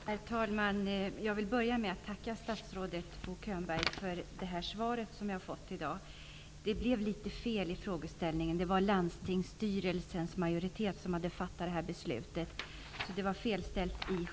Herr talman! Jag vill börja med att tacka statsrådet Bo Könberg för det svar som jag har fått. Det blev litet fel i frågeställningen. Det var landstingsstyrelsens majoritet som hade fattat beslutet.